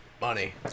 Money